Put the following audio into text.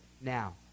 now